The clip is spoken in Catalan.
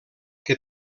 que